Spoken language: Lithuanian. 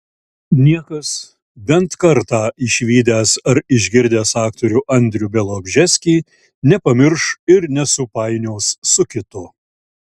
niekas bent kartą išvydęs ar išgirdęs aktorių andrių bialobžeskį nepamirš ir nesupainios su kitu